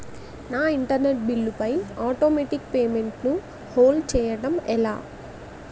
నా internet bill పై automatic payment ను హోల్డ్ చేయటం ఎలా?